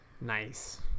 Nice